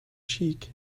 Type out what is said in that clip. cheek